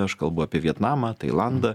aš kalbu apie vietnamą tailandą